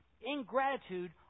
Ingratitude